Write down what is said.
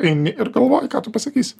eini ir galvoji ką tu pasakysi